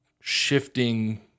shifting